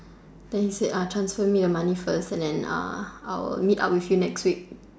then he said transfer me the money first and then I would meet up with you next week